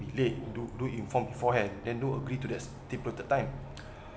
be late do do inform beforehand then don't agree to that stipulated time